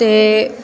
ਅਤੇ